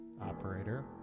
Operator